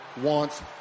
wants